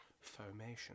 formation